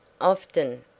Often